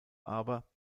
aber